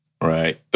Right